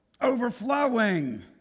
overflowing